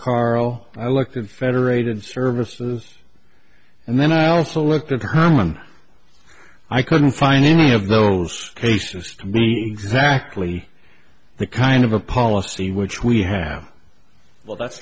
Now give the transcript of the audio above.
caro i looked at federated services and then i also looked at her and i couldn't find any of those cases to me exactly the kind of a policy which we have well that's